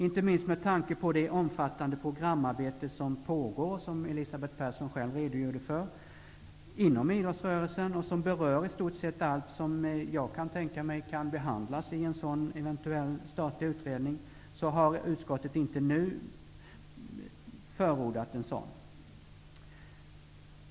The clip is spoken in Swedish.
Inte minst med tanke på det omfattande programarbete som pågår inom idrottsrörelsen, vilket Elisabeth Persson själv redogjorde för och som berör i stort sett allt som jag kan tänka mig behandlas i en eventuell statlig utredning, har utskottet inte nu förordat en sådan.